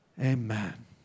Amen